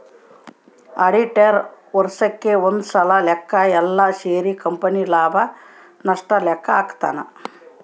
auditor ವರ್ಷಕ್ ಒಂದ್ಸಲ ಲೆಕ್ಕ ಯೆಲ್ಲ ಸೇರಿ ಕಂಪನಿ ಲಾಭ ನಷ್ಟ ಲೆಕ್ಕ ಹಾಕ್ತಾನ